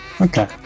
Okay